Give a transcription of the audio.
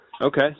Okay